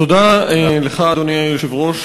תודה לך, אדוני היושב-ראש.